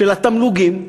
של התמלוגים,